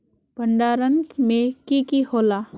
भण्डारण में की की होला?